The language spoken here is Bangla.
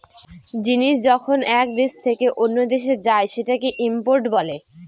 জিনিস যখন এক দেশ থেকে অন্য দেশে যায় সেটাকে ইম্পোর্ট বলে